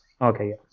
Okay